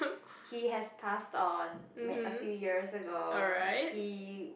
he has passed on a few years ago he